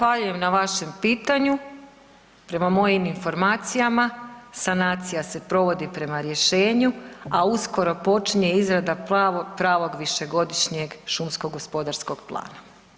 Zahvaljujem na vašem pitanju, prema mojim informacijama sanacija se provodi prema rješenju, a uskoro počinje izrada pravog višegodišnjem šumskog-gospodarskog plana.